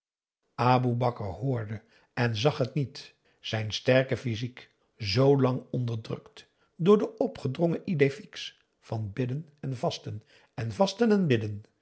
aboe bakar hoorde en zag het niet zijn sterke physiek zoolang onderdrukt door de opgedrongen idée fixe van bidden en vasten en vasten en bidden